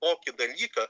tokį dalyką